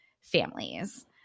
families